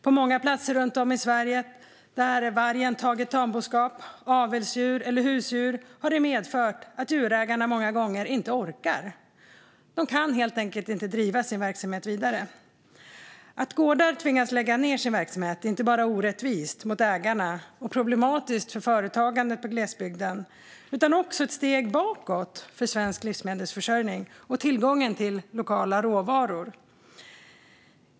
På många platser runt om i Sverige där vargen tagit tamboskap, avelsdjur eller husdjur har detta medfört att djurägarna många gånger inte orkar. De kan helt enkelt inte driva sin verksamhet vidare. Att gårdar tvingas lägga ned sin verksamhet är inte bara orättvist mot ägarna och problematiskt för företagandet på landsbygden i stort, utan det är också ett steg bakåt för svensk livsmedelsförsörjning och tillgången till lokala råvaror.